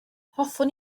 hoffwn